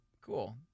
Cool